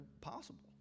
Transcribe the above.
possible